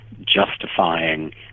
justifying